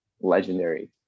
legendary